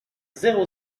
zéro